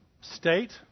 state